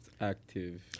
active